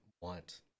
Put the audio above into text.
want